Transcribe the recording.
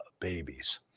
babies